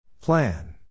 Plan